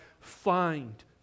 find